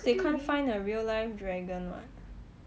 they can't find a real life dragon [what]